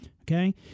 okay